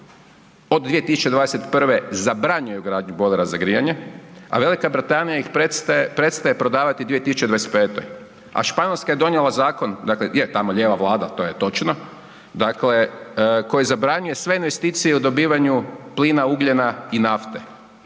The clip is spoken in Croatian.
od 2021. zabranjuje ugradnju bojlera za grijanje, a Velika Britanija ih prestaje prodavati 2025., a Španjolska je donijela zakon, dakle, je tamo lijeva vlada, to je točno, dakle, koji zabranjuje sve investicije u dobivanju plina, ugljena i nafte.